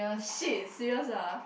shit serious ah